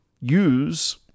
use